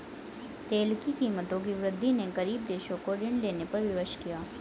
तेल की कीमतों की वृद्धि ने गरीब देशों को ऋण लेने पर विवश किया